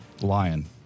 Lion